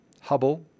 Hubble